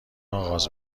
آغاز